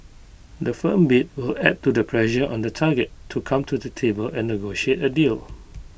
the firm bid will add to the pressure on the target to come to the table and negotiate A deal